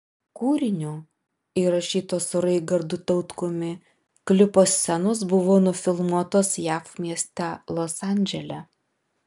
kūrinio įrašyto su raigardu tautkumi klipo scenos buvo nufilmuotos jav mieste los andžele